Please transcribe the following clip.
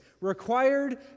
required